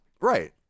right